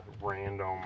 random